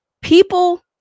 people